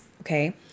okay